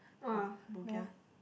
ah bo kia